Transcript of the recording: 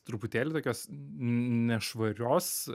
truputėlį tokios nešvarios